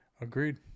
Agreed